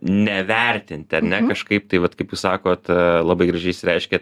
nevertinti ar ne kažkaip tai vat kaip jūs sakot labai gražiai išsireiškėt